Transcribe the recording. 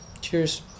Cheers